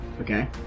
Okay